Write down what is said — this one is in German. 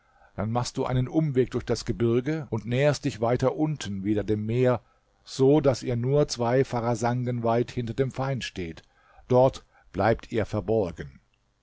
dann machst du einen umweg durch das gebirge und näherst dich weiter unten wieder dem meer so daß ihr nur zwei pharasangen weit hinter dem feind steht dort bleibt ihr verborgen